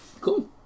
cool